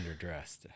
underdressed